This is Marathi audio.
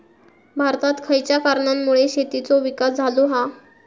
भारतात खयच्या कारणांमुळे शेतीचो विकास झालो हा?